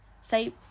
Say